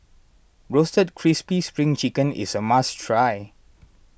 Roasted Crispy Spring Chicken is a must try